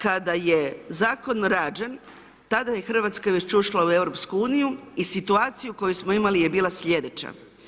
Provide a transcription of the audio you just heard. Kada je Zakon rađen, tada je Hrvatska već ušla u EU i situaciju koju smo imali je bila slijedeća.